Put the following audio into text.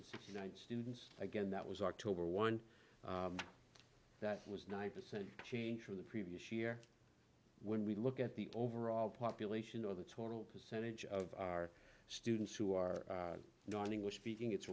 sixty nine students again that was october one that was nine percent change from the previous year when we look at the overall population or the total percentage of our students who are non english speaking it's